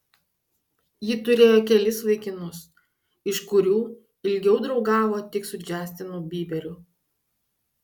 ji turėjo kelis vaikinus iš kurių ilgiau draugavo tik su džastinu byberiu